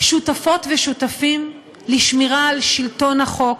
שותפות ושותפים לשמירה על שלטון החוק,